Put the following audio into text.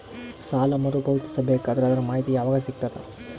ಸಾಲ ಮರು ಪಾವತಿಸಬೇಕಾದರ ಅದರ್ ಮಾಹಿತಿ ಯವಾಗ ಸಿಗತದ?